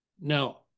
now